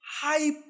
High